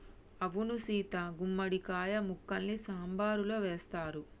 అవును సీత గుమ్మడి కాయ ముక్కల్ని సాంబారులో వేస్తారు